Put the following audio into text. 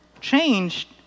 changed